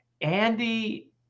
Andy